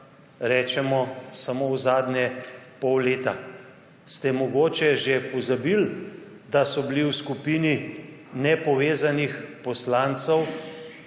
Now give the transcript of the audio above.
recimo samo v zadnjega pol leta. Ste mogoče že pozabili, da so bili v skupini nepovezanih poslancev